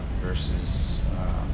versus